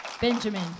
Benjamin